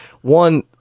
one